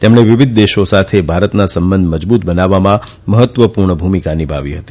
તેમણે વિવિધ દેશો સાથે ભારતના સંબંધ મજબુત બનાવવામાં મહત્વપુર્ણ ભૂમિકા નિભાવી હતી